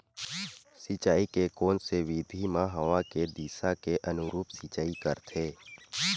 सिंचाई के कोन से विधि म हवा के दिशा के अनुरूप सिंचाई करथे?